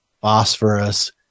phosphorus